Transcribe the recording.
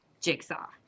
Jigsaw